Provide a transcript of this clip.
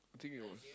I think it was